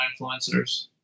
influencers